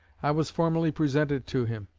i was formally presented to him.